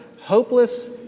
hopeless